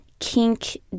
kink